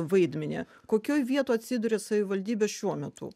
vaidmenį kokioj vietoj atsiduria savivaldybės šiuo metu